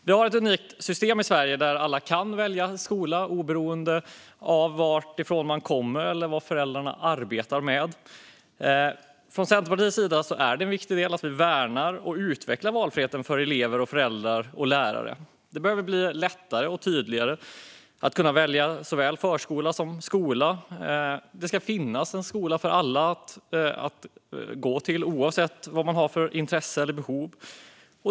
Vi har ett unikt system i Sverige där alla kan välja skola oberoende av varifrån de kommer eller vad föräldrarna arbetar med. För Centerpartiets del är det viktigt att värna och utveckla valfriheten för elever, föräldrar och lärare. Det behöver bli tydligare och lättare att välja förskola och skola. Det ska finnas en skola för alla, oavsett vad man har för intressen eller behov.